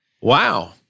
Wow